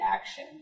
action